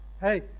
Hey